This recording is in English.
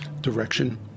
direction